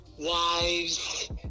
wives